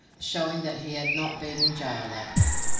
showing that he had not been in gaol lately.